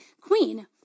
queen